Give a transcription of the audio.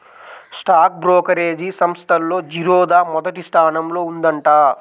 stock brokerage సంస్థల్లో జిరోదా మొదటి స్థానంలో ఉందంట